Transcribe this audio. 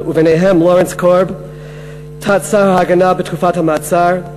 וביניהם לורנס קורב, תת-שר ההגנה בתקופת המעצר,